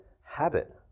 habit